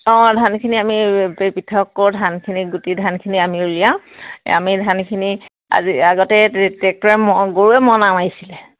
অঁ ধানখিনি আমি পৃথক কৰো ধানখিনি গুটি ধানখিনি আমি উলিয়াওঁ আমি ধানখিনি আজি আগতে ট্ৰেক্টৰে ম গৰুৱে মৰণা মাৰিছিলে